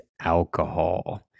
alcohol